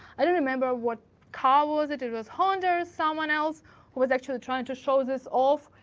i don't remember what car was it? it was honda or someone else who was actually trying to show this off.